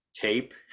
tape